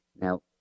Now